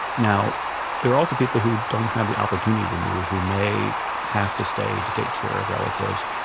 now there are also people who don't have the opportunity to move who may have to stay to take care of relatives.